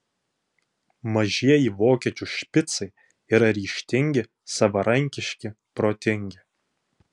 mažieji vokiečių špicai yra ryžtingi savarankiški protingi